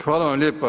Hvala vam lijepa.